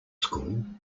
school